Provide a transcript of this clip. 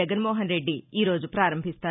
జగన్మోహన్ రెడ్డి ఈరోజు పారంభిస్తారు